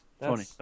Tony